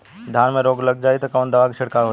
धान में रोग लग जाईत कवन दवा क छिड़काव होई?